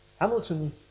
Hamilton